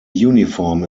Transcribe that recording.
uniform